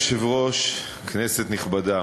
אדוני היושב-ראש, כנסת נכבדה,